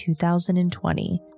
2020